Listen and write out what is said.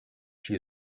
she